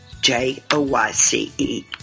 J-O-Y-C-E